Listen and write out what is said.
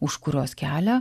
už kurios kelią